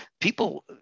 People